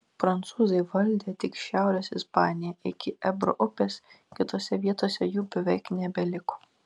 prancūzai valdė tik šiaurės ispaniją iki ebro upės kitose vietose jų jau beveik nebeliko